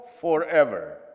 forever